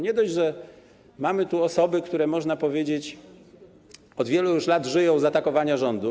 Nie dość, że mamy tu osoby, które, można powiedzieć, od wielu już lat żyją z atakowania rządu.